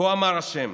"כה אמר השם